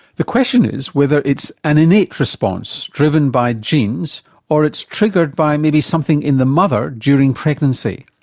the question is whether it's an innate response driven by genes or it's triggered by maybe something in the mother during pregnancy.